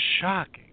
shocking